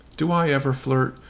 do i ever flirt?